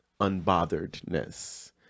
unbotheredness